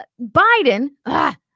Biden